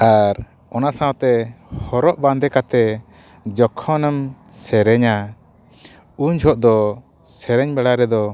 ᱟᱨ ᱚᱱᱟ ᱥᱟᱶᱛᱮ ᱦᱚᱨᱚᱜ ᱵᱟᱫᱮ ᱠᱟᱛᱮᱫ ᱡᱚᱠᱷᱚᱱᱮᱢ ᱥᱮᱨᱮᱧᱟ ᱩᱱ ᱡᱚᱦᱚᱜ ᱫᱚ ᱥᱮᱨᱮᱧ ᱵᱟᱲᱟᱭ ᱨᱮᱫᱚ